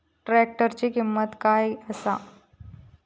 ट्रॅक्टराची किंमत काय आसा?